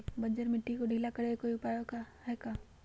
बंजर मिट्टी के ढीला करेके कोई उपाय है का?